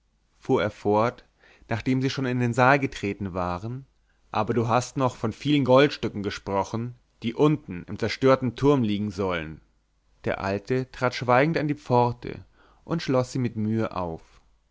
fuhr er fort nachdem sie schon in den saal getreten waren aber du hast noch von vielen goldstücken gesprochen die unten im zerstörten turm liegen sollen der alte trat schweigend an die pforte und schloß sie mit mühe auf